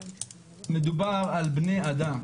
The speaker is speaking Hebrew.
מדובר על בני אדם.